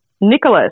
Nicholas